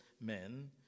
men